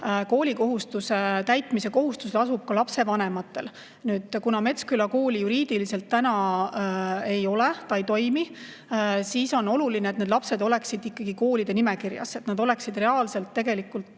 Koolikohustuse täitmise kohustus lasub ka lapsevanematel. Nüüd, kuna Metsküla kooli juriidiliselt täna ei ole, ta ei toimi, siis on oluline, et need lapsed oleksid ikkagi koolide nimekirjas, et nad oleksid reaalselt, tegelikult